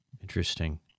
Interesting